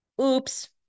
Oops